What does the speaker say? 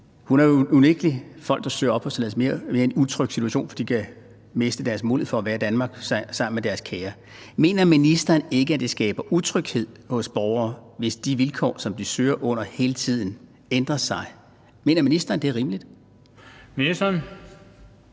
Hun er jo unægtelig, som folk, der søger opholdstilladelse, i en mere utryg situation, for de kan miste deres mulighed for at være i Danmark sammen med deres kære. Mener ministeren ikke, at det skaber utryghed hos borgere, hvis de vilkår, som de søger under, hele tiden ændres? Mener ministeren, det er rimeligt? Kl.